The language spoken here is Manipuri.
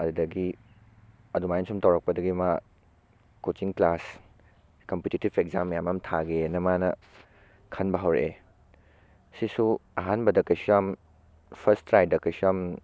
ꯑꯗꯨꯗꯒꯤ ꯑꯗꯨꯃꯥꯏꯅ ꯁꯨꯝ ꯇꯧꯔꯛꯄꯗꯒꯤ ꯃꯥ ꯀꯣꯆꯤꯡ ꯀ꯭ꯂꯥꯁ ꯀꯝꯄꯤꯇꯤꯇꯤꯕ ꯑꯦꯛꯖꯥꯝ ꯃꯌꯥꯝ ꯑꯃ ꯊꯥꯒꯦꯅ ꯃꯥꯅ ꯈꯟꯕ ꯍꯧꯔꯛꯑꯦ ꯁꯤꯁꯨ ꯑꯍꯥꯟꯕꯗ ꯀꯩꯁꯨ ꯌꯥꯝ ꯐꯥꯁ ꯇ꯭ꯔꯥꯏꯗ ꯀꯩꯁꯨ ꯌꯥꯝ